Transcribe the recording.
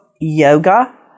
yoga